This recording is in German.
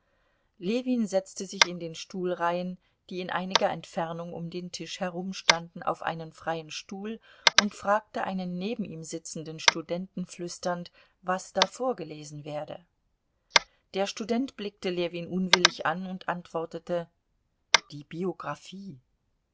ljewin setzte sich in den stuhlreihen die in einiger entfernung um den tisch herumstanden auf einen freien stuhl und fragte einen neben ihm sitzenden studenten flüsternd was da vorgelesen werde der student blickte ljewin unwillig an und antwortete die biographie